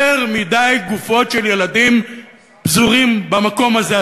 יותר מדי גופות של ילדים פזורים במקום הזה,